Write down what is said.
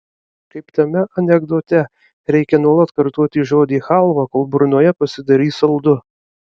kaip tame anekdote reikia nuolat kartoti žodį chalva kol burnoje pasidarys saldu